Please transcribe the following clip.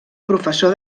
professor